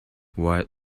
white